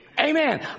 Amen